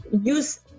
use